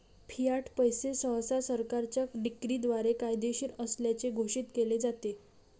Fiat पैसे सहसा सरकारच्या डिक्रीद्वारे कायदेशीर असल्याचे घोषित केले जाते